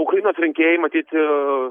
ukrainos rinkėjai matyt